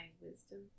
wisdom